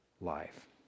life